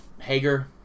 Hager